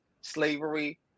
slavery